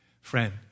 Friend